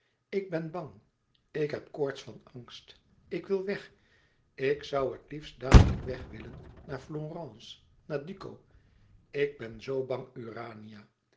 ik ben bang ik heb koorts van angst ik wil weg ik zoû het liefst dadelijk weg willen naar florence naar duco ik ben zoo bang